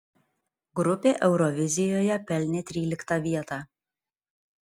grupė eurovizijoje pelnė tryliktą vietą